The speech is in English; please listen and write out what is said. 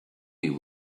you